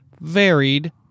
varied